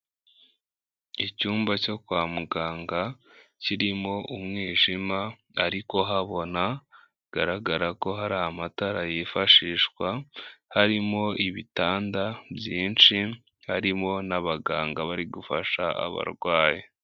Icyumba cyo kwa muganga kirimo umwijima ariko habona, bigaragara ko hari amatara yifashishwa harimo ibitanda byinshi harimo n'abaganga bari gufasha abarwayi.